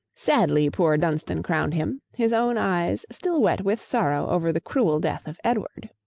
sadly poor dunstan crowned him, his own eyes still wet with sorrow over the cruel death of edward.